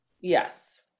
Yes